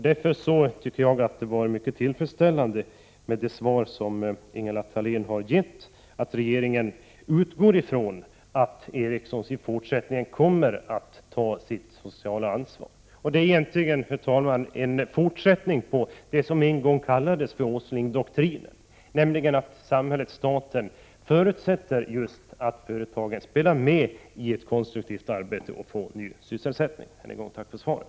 Därför var det svar Ingela Thalén har gett mycket tillfredsställande: att regeringen utgår ifrån att Ericsson i fortsättningen kommer att ta sitt sociala ansvar. Detta är egentligen en fortsättning på det som en gång kallades Åslingdoktrinen, dvs. att samhället eller staten förutsätter just att företagen spelar med i ett konstruktivt arbete för att få ny sysselsättning. Än en gång: Tack för svaret!